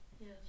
Yes